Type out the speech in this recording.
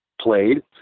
played